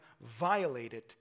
violated